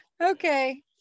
okay